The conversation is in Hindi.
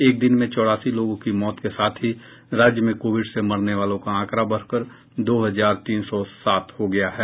एक दिन में चौरासी लोगों की मौत के साथ ही राज्य में कोविड से मरने वालों का आंकड़ा बढ़कर दो हजार तीन सौ सात हो गया है